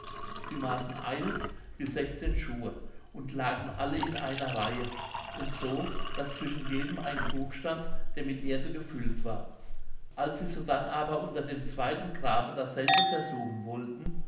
sie maßen eilf bis sechzehn schuhe und lagen alle in einer reihe und so daß zwischen jedem ein krug stand der mit erde gefüllt war als sie sodann aber unter dem zweiten grabe dasselbe versuchen wollten